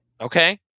okay